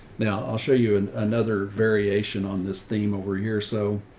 now i'll show you and another variation on this theme over here. so